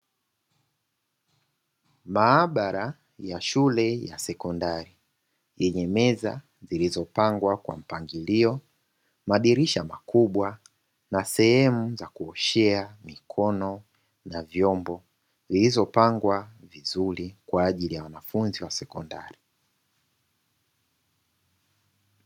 Maabara ya shule ya sekondari yenye meza zilizopangwa kwa mpangilio, madirisha makubwa na sehemu za kuoshea mikono na vyombo zilivyopangwa vizuri kwa ajili ya wanafunzi wa sekondari.